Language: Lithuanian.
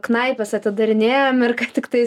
knaipes atidarinėjame ir kad tiktai